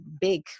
big